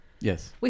Yes